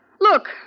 look